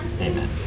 Amen